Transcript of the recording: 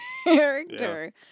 character